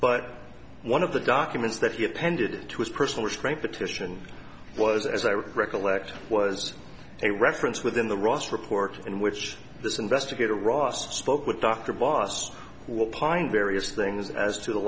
but one of the documents that he appended to his personal strength petition was as i recollect was a reference within the ross report in which this investigator ross spoke with dr boss will pine various things as to the